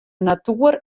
natoer